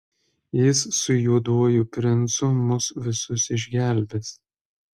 jis su juoduoju princu mus visus išgelbės